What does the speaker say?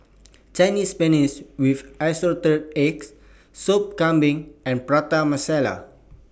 Chinese Spinach with Assorted Eggs Soup Kambing and Prata Masala